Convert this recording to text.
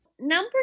Number